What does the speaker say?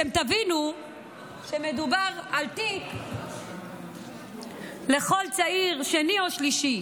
תבינו שמדובר על תיק לכל צעיר שני או שלישי.